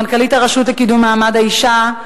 מנכ"לית הרשות לקידום מעמד האשה,